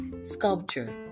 sculpture